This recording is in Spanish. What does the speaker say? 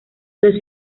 los